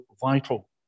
vital